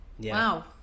Wow